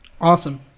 awesome